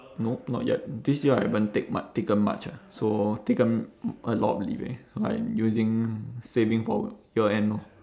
nope not yet this year I haven't take mu~ taken much ah so taken a lot of leave eh I'm using saving for year end lor